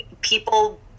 people